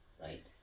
right